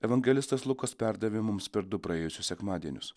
evangelistas lukas perdavė mums per du praėjusius sekmadienius